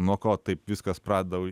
nuo ko taip viskas pradeda